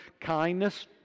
kindness